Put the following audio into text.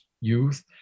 youth